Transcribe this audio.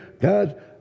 God